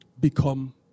become